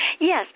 Yes